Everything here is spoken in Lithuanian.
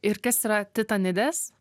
ir kas yra titanidės